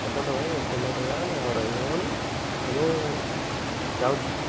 ଦେଖନ୍ତୁ ଭାଇ ଏତେ ଲେଟ୍ ହେଇଗଲାଣି ଆଉ ରହି ହେବନି ଆମେ ଯାଉଛୁ